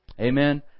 Amen